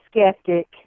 skeptic